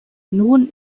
nun